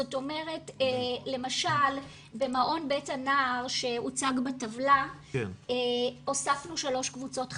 זאת אומרת למשל במעון 'בית הנער' שהוצג בטבלה הוספנו שלוש קבוצות חדשות,